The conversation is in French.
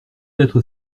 être